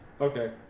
Okay